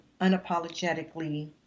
unapologetically